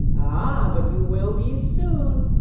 ah, but you will be soon,